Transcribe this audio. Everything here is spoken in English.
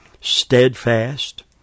steadfast